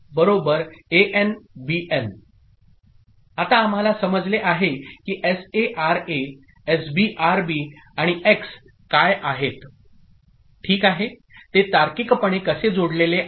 Bn आता आम्हाला समजले आहे की एसए आरए एसबी आरबी आणि एक्स काय आहेत ओके ते तार्किकपणे कसे जोडलेले आहेत